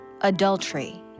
adultery